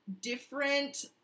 different